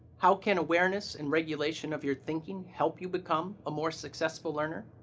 how can awareness and regulation of your thinking help you become a more successful learner?